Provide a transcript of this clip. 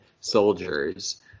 soldiers